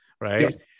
right